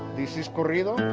this is but you know